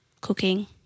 cooking